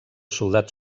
soldat